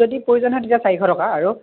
যদি প্ৰয়োজন হয় তেতিয়া চাৰিশ টকা আৰু